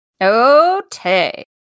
Okay